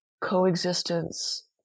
coexistence